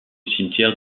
cimetière